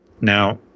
Now